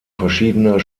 verschiedener